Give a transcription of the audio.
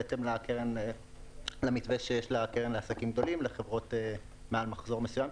בהתאם למתווה שיש לקרן לעסקים גדולים מעל מכסה מסוים.